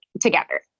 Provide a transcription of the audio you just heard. together